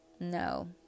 No